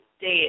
dead